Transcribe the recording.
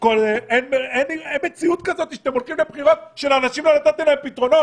אין מציאות כזו שאתם הולכים לבחירות כשלא ניתנו לאנשים פתרונות.